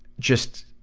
just,